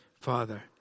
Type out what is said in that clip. Father